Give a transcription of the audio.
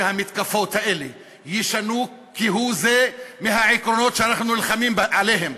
והמתקפות האלה ישנו כהוא זה את העקרונות שאנחנו נלחמים עליהם,